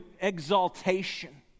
exaltation